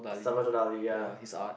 Salvado-Dali' ya